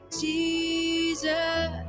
Jesus